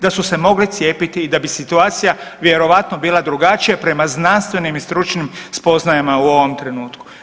Da su se mogle cijepiti i da bi situacija vjerojatno bila drugačija prema znanstvenim i stručnim spoznajama u ovom trenutku.